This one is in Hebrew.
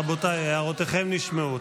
רבותיי, הערותיכם נשמעו.